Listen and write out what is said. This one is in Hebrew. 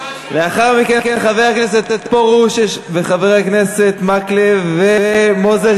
לאחר מכן, חבר הכנסת פרוש וחבר הכנסת מקלב ומוזס.